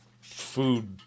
food